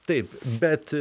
taip bet